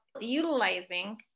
utilizing